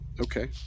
Okay